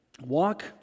Walk